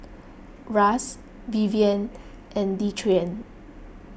Ras Vivien and Dequan